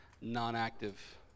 non-active